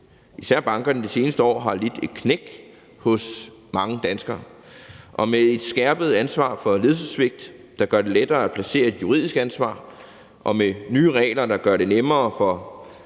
især bankerne det seneste år har lidt et knæk hos mange danskere, og med et skærpet ansvar for ledelsessvigt, der gør det lettere at placere et juridisk ansvar, og med nye regler, der gør det nemmere for